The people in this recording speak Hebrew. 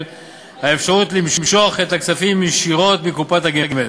האפשרות למשוך את הכספים ישירות מקופת הגמל,